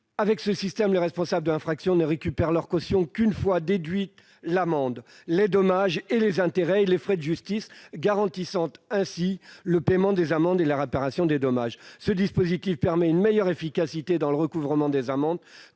Avec un tel système, les responsables de l'infraction ne récupèrent leur caution qu'une fois déduits l'amende, les dommages, les intérêts et les frais de justice, ce qui garantit le paiement des amendes et la réparation des dommages. Ce dispositif permet une meilleure efficacité dans le recouvrement des amendes,